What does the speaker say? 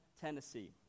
Tennessee